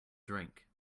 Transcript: drink